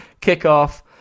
Kickoff